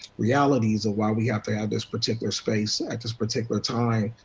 realities of why we have to have this particular space at this particular time.